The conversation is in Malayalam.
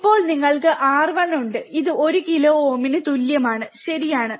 ഇപ്പോൾ നിങ്ങൾക്ക് R1 ഉണ്ട് ഇത് 1 കിലോ ഓമിന് തുല്യമാണ് ശരിയാണ്